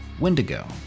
Wendigo